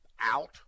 out